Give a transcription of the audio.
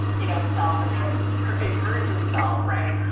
you know, self in their per, in person self. right.